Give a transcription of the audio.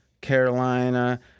Carolina